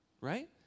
right